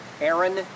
Aaron